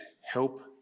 help